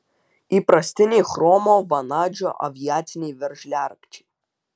įprastiniai chromo vanadžio aviaciniai veržliarakčiai